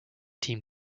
team